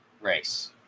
race